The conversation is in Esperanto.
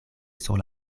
sur